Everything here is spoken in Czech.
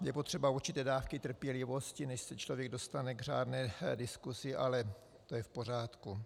Je potřeba určité dávky trpělivosti, než se člověk dostane k řádné diskusi, ale to je v pořádku.